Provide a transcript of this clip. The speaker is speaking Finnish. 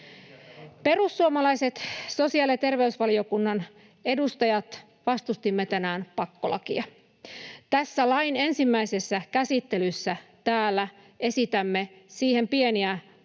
perussuomalaiset sosiaali- ja terveysvaliokunnan edustajat vastustimme tänään pakkolakia. Tässä lain ensimmäisessä käsittelyssä täällä esitämme siihen pientä parannusta,